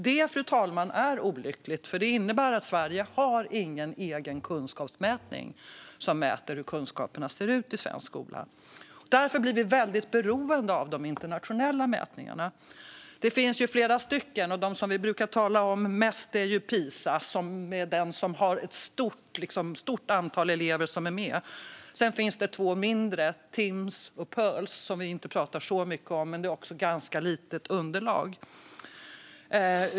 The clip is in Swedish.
Detta är olyckligt, fru talman, för det innebär att Sverige inte har någon egen mätning av hur kunskaperna ser ut i svensk skola. Därför blir vi väldigt beroende av de internationella mätningarna. Det finns flera stycken, och den vi brukar tala mest om är Pisa, som är den där ett stort antal elever är med. Sedan finns det två mindre, Timss och Pirls, som vi inte pratar så mycket om och som har ett ganska litet underlag.